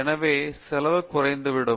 எனவே செலவு குறைந்துவிடும்